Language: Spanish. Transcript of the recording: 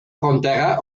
frontera